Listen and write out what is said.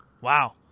Wow